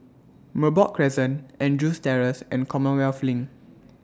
Merbok Crescent Andrews Terrace and Commonwealth LINK